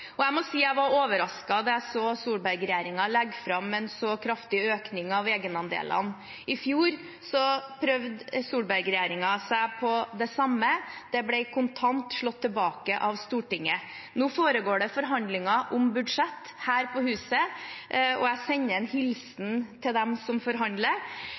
Jeg må si jeg var overrasket da jeg så Solberg-regjeringen legge fram en så kraftig økning av egenandelene. I fjor prøvde Solberg-regjeringen seg på det samme. Det ble kontant slått tilbake av Stortinget. Nå foregår det forhandlinger om budsjettet her på huset, og jeg sender en hilsen til dem som forhandler.